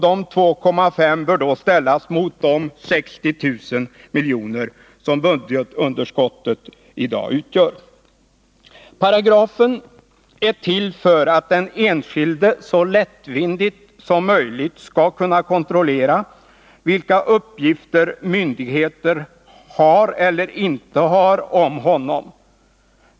De 2,5 miljonerna bör ställas mot de 60 000 miljoner som budgetunderskottet i dag utgör. Paragrafen är till för att den enskilde så lättvindigt som möjligt skall kunna kontrollera vilka uppgifter myndigheter har eller inte har om honom.